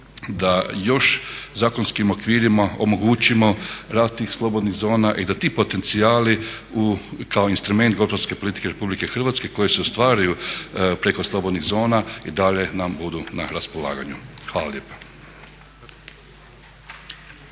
da još zakonskim okvirima omogućimo rad tih slobodnih zona i da ti potencijali kao instrument gospodarske politike RH koji se ostvaruju preko slobodnih zona i dalje nam budu na raspolaganju. Hvala lijepa.